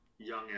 young